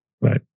Right